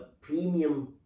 premium